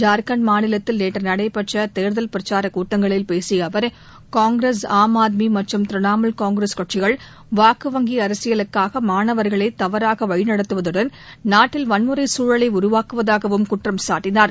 ஜார்க்கண்ட் மாநிலத்தில் நேற்று நடைபெற்ற தேர்தல் பிரச்சாரக் கூட்டங்களில் பேசிய அவர் காங்கிரஸ் ஆம் ஆத்மி மற்றும் திரிணாமூல் காங்கிரஸ் கட்சிகள் வாக்குவங்கி அரசியலுக்காக மாணவர்களை தவறாக வழிநடத்துவதுடன் நாட்டில் வன்முறைச் சூழலை உருவாக்குவதாகவும் குற்றம் சாட்டினார்